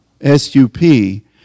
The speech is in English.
S-U-P